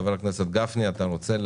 חבר הכנסת גפני, בבקשה.